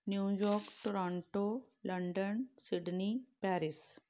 New York Toronto London Sydney Paris